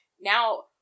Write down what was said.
now